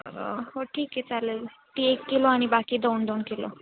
तर हो ठीक आहे चालेल ती एक किलो आणि बाकी दोन दोन किलो